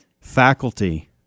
Faculty